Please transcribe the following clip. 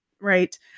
Right